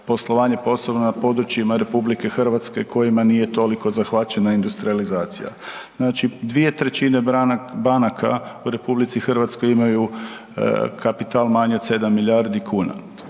poslovanja posebno na područjima RH kojima nije toliko zahvaćena industrijalizacija. Znači 2/3 banaka u RH imaju kapital manji od 7 milijardi kuna.